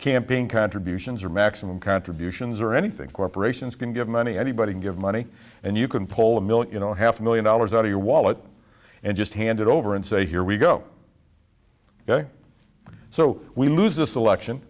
camping contributions or maximum contributions or anything corporations can give money anybody can give money and you can pull a million or half a million dollars out of your wallet and just hand it over and say here we go ok so we lose this election